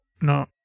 no